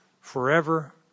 forever